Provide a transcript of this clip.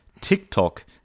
TikTok